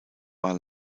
war